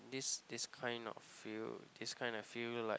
this this kind of field this kind of field look like